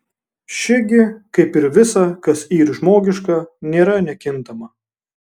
ši gi kaip ir visa kas yr žmogiška nėra nekintama